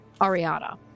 Ariana